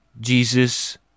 Jesus